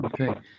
Okay